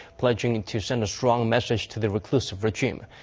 pledging and to send a strong message to the reclusive regime.